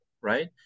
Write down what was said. right